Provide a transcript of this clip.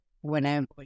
whenever